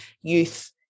youth